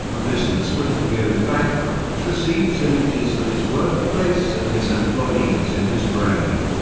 a businessman who goes bankrupt receives images of his workplace and his employees in his brain.